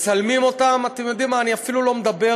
מצלמים אותם, אתם יודעים מה, אני אפילו לא מדבר,